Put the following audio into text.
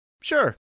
Sure